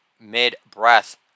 mid-breath